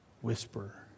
whisper